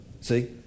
see